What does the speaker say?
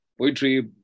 poetry